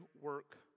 work